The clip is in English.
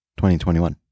2021